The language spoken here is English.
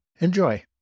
Enjoy